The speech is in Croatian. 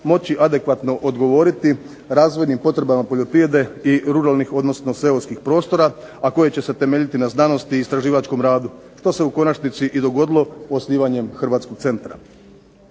moći adekvatno odgovoriti razvojnim potrebama poljoprivrede i ruralnih, odnosno seoskih prostora, a koje će se temeljiti na znanosti i istraživačkom radu, što se u konačnici i dogodilo osnivanjem hrvatskog centra.